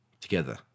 together